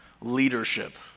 leadership